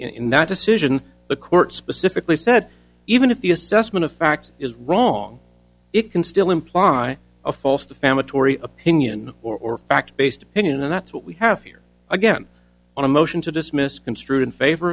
in that decision the court specifically said even if the assessment of facts is wrong it can still imply a false defamatory opinion or fact based pinions and that's what we have here again on a motion to dismiss construe in favor